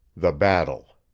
the battle